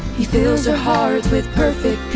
he fills their hearts with perfect